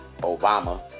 Obama